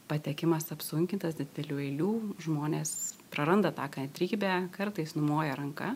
patekimas apsunkintas didelių eilių žmonės praranda tą kantrybę kartais numoja ranka